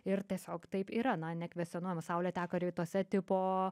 ir tiesiog taip yra na nekvestionuojama saulė teka rytuose tipo